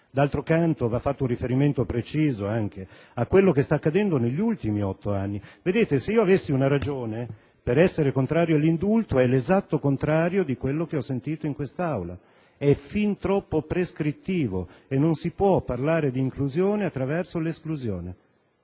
D'altro canto, va fatto un riferimento preciso anche a quello che sta accadendo negli ultimi otto anni. Se avessi una ragione per essere contrario all'indulto sarebbe l'esatto contrario di quello che ho sentito in quest'Aula: è fin troppo prescrittivo e non si può parlare di inclusione attraverso l'esclusione.